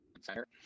center